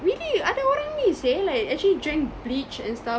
really ada orang ni seh like actually drank bleach and stuff